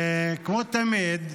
כמו תמיד,